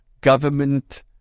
government